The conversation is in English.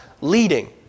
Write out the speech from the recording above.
leading